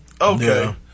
okay